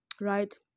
right